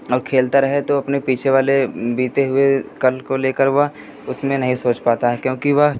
और खेलता रहे तो अपने पीछे वाले बीते हुए कल को लेकर वह उसमें नहीं सोच पाता है क्योंकि वह